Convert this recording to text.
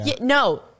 No